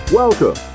welcome